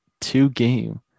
two-game